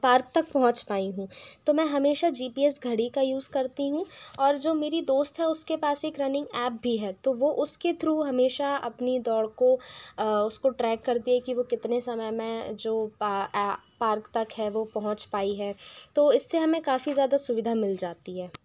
park तक पहुँच पाई हूँ तो मैं हमेशा जी पी एस घड़ी का यूज़ करती हूँ और जो मेरी दोस्त है उसके पास एक रनिंग ऐप भी है तो वह उसके थ्रू हमेशा अपनी दौड़ को उसको ट्रैक करती है कि वह कितने समय में जो पार्क तक है वह पहुँच पाई है तो इससे हमें काफ़ी ज़्यादा सुविधा मिल जाती है